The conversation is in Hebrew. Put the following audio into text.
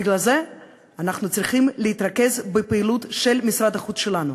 בגלל זה אנחנו צריכים להתרכז בפעילות של משרד החוץ שלנו,